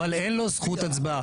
אבל אין לו זכות הצבעה.